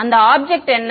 அந்த ஆப்ஜெக்ட் என்ன